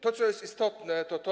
To, co jest istotne, to to.